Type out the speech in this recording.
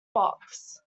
box